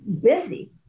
busy